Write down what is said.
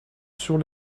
sur